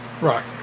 Right